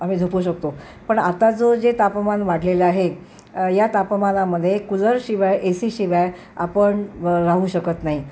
आम्ही झोपू शकतो पण आता जो जे तापमान वाढलेलं आहे या तापमानामध्ये कूलर शिवाय ए सी शिवाय आपण र राहू शकत नाही